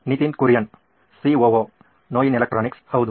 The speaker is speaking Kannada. ನಿತಿನ್ ಕುರಿಯನ್ ಸಿಒಒ ನೋಯಿನ್ ಎಲೆಕ್ಟ್ರಾನಿಕ್ಸ್ ಹೌದು